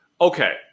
Okay